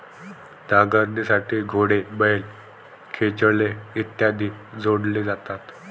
नांगरणीसाठी घोडे, बैल, खेचरे इत्यादी जोडले जातात